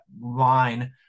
line